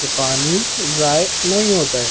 کہ پانی ضائع نہیں ہوتا ہے